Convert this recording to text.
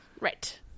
Right